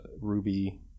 Ruby